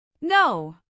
No